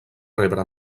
rebre